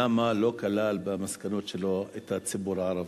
למה לא כלל במסקנות שלו את הציבור הערבי.